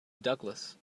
douglas